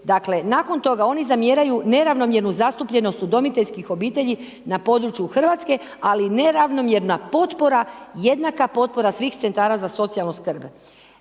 Dakle, nakon toga oni zamjeraju neravnomjernu zastupljenost udomiteljskim obitelji na području Hrvatsku, ali neravnomjerna potpora, jednaka potpora svih Centara za socijalnu skrb.